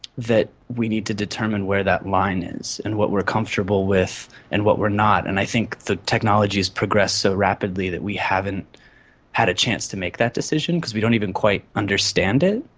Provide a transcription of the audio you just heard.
that we need to determine where that line is and what we are comfortable with and what we are not. and i think the technology has progressed so rapidly that we haven't had a chance to make that decision because we don't even quite understand it.